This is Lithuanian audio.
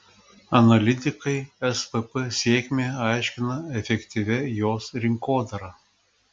analitikai svp sėkmę aiškina efektyvia jos rinkodara